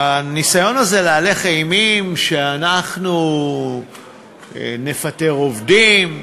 הניסיון הזה להלך אימים שאנחנו נפטר עובדים,